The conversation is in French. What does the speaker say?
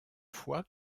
fois